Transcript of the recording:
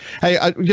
Hey